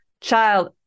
child